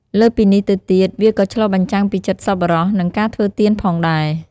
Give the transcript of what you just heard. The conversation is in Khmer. លើសពីនេះទៅទៀត វាក៏ឆ្លុះបញ្ចាំងពីចិត្តសប្បុរស និងការធ្វើទានផងដែរ។